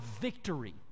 victory